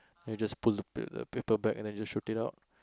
then you just pull the pa~ the paper back and you just shoot it out